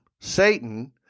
Satan